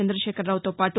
చంద్రకేఖరరావుతో పాటు